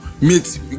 Meet